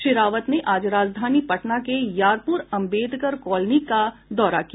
श्री रावत ने आज राजधानी पटना के यारपुर अम्बेडकर कॉलोनी का दौरा किया